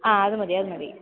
ആ അതു മതി അതു മതി